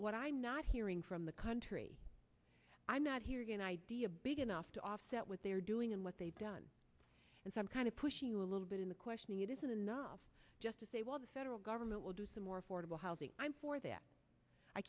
what i'm not hearing from the country i'm not here a good idea big enough to offset what they're doing and what they've done and some kind of pushing a little bit in the questioning it isn't enough just to say well the federal government will do some more affordable housing for that i